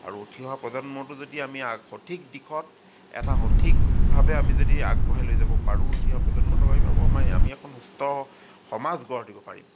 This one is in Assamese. আৰু উঠি অহা প্ৰজন্মটো যদি আমি আৰু সঠিক দিশত এটা সঠিকভাৱে আমি যদি আগবঢ়াই লৈ যাব পাৰোঁ উঠি অহা প্ৰজন্মটোক আমি ভাবোঁ আমি এখন সুস্থ সমাজ গঢ় দিব পাৰিম